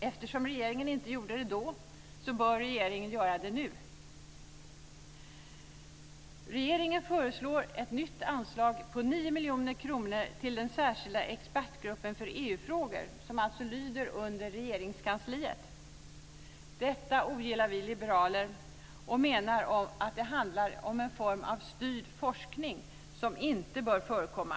Eftersom regeringen inte gjorde det då, bör den göra det nu. Regeringen föreslår ett nytt anslag på 9 miljoner kronor till den särskilda expertgruppen för EU-frågor som lyder under Regeringskansliet. Detta ogillar vi liberaler. Vi menar att det handlar om en form av styrd forskning som inte bör förekomma.